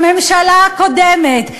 הממשלה הקודמת,